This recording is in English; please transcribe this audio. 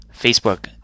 Facebook